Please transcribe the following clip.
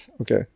Okay